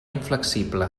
inflexible